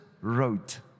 wrote